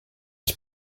his